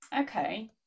Okay